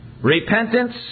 Repentance